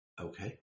Okay